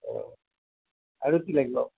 অ' আৰু কি লাগিব